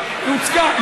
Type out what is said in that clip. הוצגה.